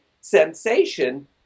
sensation